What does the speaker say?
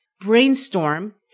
brainstorm